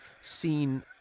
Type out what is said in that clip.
seen